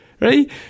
right